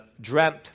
dreamt